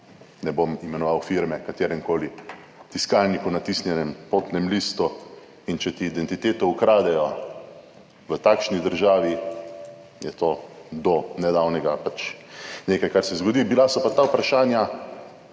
ne bom imenoval firme, kateremkoli tiskalniku natisnjenem potnem listu in če ti identiteto ukradejo v takšni državi, je to do nedavnega pač nekaj, kar se zgodi. Bila so pa ta vprašanja